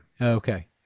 Okay